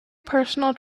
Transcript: personal